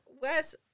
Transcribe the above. Wes